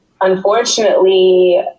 unfortunately